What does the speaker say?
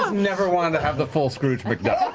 never wanted to have the full scrooge mcduck?